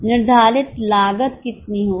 निर्धारित लागत कितनी होगी